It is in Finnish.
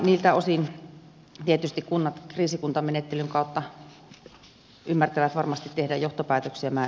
niiltä osin tietysti kunnat kriisikuntamenettelyn kautta ymmärtävät varmasti tehdä johtopäätöksiä